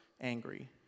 angry